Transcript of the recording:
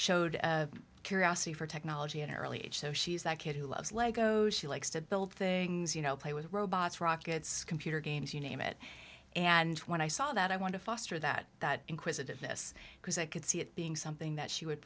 showed a curiosity for technology in an early age so she's that kid who loves lego she likes to build things you know play with robots rockets computer games you name it and when i saw that i want to foster that inquisitiveness because i could see it being something that she would